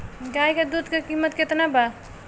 गाय के दूध के कीमत केतना बा?